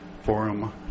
Forum